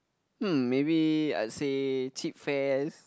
hm maybe I would say cheap fairs